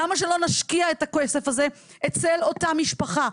למה שלא נשקיע את הכסף הזה אצל אותה משפחה,